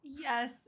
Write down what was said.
Yes